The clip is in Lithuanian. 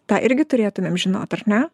tą irgi turėtumėm žinot ar ne